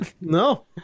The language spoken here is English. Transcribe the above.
No